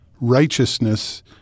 righteousness